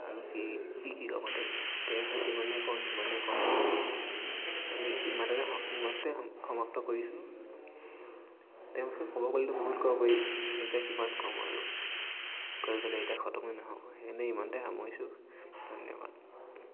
আৰু কি কি কি ক'ম তেখেত ইমানেই কওঁ সিমানেই কম আজি ইমানতে ইমানতে সমাপ্ত কৰিছোঁ তেওঁ বিষয়ে ক'ব গ'লেতো বহুত ক'ব পাৰি কিন্তু এতিয়া কিমান ক'ম আৰু কৈ গ'লে এতিয়া খতমে নহ'ব সেইকাৰণে ইমানতে সামৰিছোঁ ধন্যবাদ